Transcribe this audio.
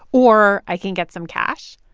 or i can get some cash